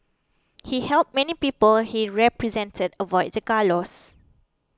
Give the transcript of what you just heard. he helped many people he represented avoid the gallows